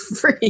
Free